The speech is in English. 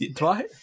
Right